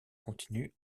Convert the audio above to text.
continue